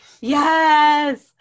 yes